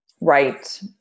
Right